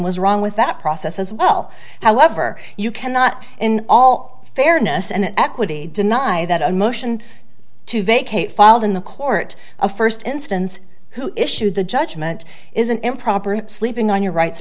was wrong with that process as well however you cannot in all fairness and equity deny that a motion to vacate filed in the court of first instance who issued the judgment is an improper sleeping on your rights